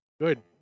Good